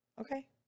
Okay